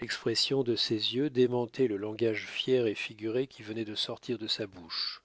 l'expression de ses yeux démentait le langage fier et figuré qui venait de sortir de sa bouche